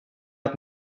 att